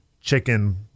chicken